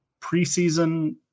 preseason